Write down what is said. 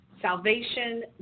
salvation